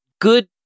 good